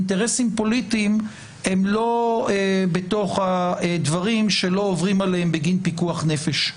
אינטרסים פוליטיים הם לא בתוך הדברים שלא עוברים עליהם בגין פיקוח נפש.